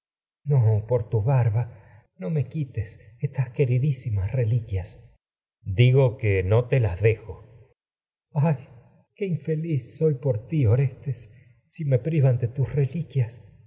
no por tu barba no me quites estas que ridísimas reliquias orestes digo que no te las dejo soy por electra ay qué infeliz ti orestes si me privan de tus reliquias